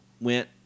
went